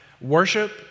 worship